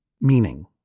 meaning